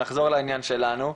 נחזור לעניין שלנו.